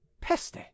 peste